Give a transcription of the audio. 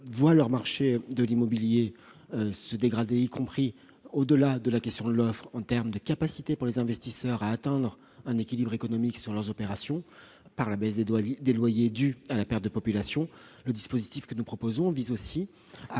voient leur marché de l'immobilier se détériorer, y compris, au-delà de la question de l'offre, en termes de capacité pour les investisseurs à atteindre un équilibre économique sur leurs opérations, du fait de la baisse des loyers consécutive à la perte de population. Or le dispositif que nous proposons vise aussi à